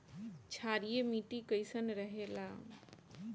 क्षारीय मिट्टी कईसन रहेला?